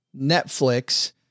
Netflix